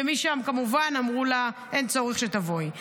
ושם כמובן אמרו לה: אין צורך שתבואי.